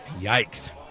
Yikes